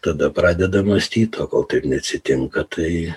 tada pradeda mąstyt o kol taip neatsitinka tai